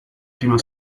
prima